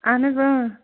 اَہَن حظ اۭں